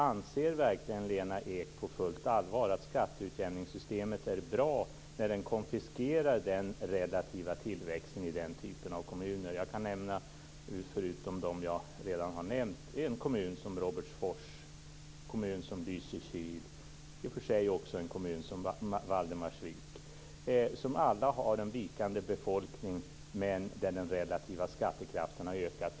Anser verkligen Lena Ek på fullt allvar att skatteutjämningssystemet är bra när det konfiskerar den relativa tillväxten i den typen av kommuner? Jag kan nämna - förutom de kommuner jag redan har nämnt - hur det ser ut i en kommun som Robertfors, Lysekil och i och för sig också Valdemarsvik. De har alla en vikande befolkning, men den relativa skattekraften har ökat.